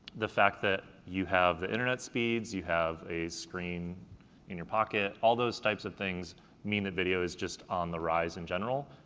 the fact that you have the internet speeds, you have a screen in your pocket, all those types of things mean that video is just on the rise in general,